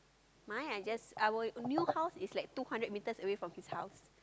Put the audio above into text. mine I just our new house is like two hundred meters away from his house